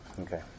Okay